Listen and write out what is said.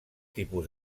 tipus